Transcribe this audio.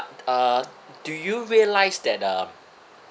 uh do you realize that uh